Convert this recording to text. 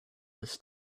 this